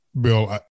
Bill